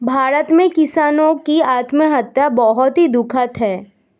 भारत में किसानों की आत्महत्या बहुत ही दुखद है